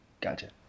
Gotcha